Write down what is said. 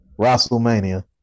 WrestleMania